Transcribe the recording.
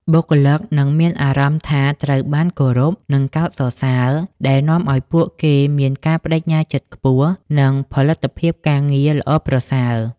បុគ្គលិកនឹងមានអារម្មណ៍ថាត្រូវបានគេគោរព និងកោតសរសើរ ដែលនាំឱ្យពួកគេមាន ការប្ដេជ្ញាចិត្តខ្ពស់ និង ផលិតភាពការងារល្អប្រសើរ។